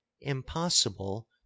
impossible